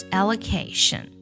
allocation